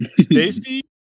Stacy